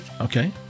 okay